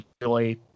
enjoy